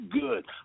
good